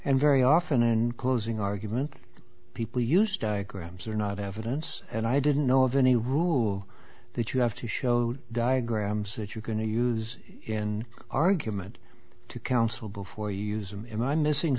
and very often and closing argument people use diagrams are not evidence and i didn't know of any rule that you have to show diagrams that you're going to use in argument to counsel before you use them and i'm missing